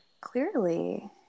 Clearly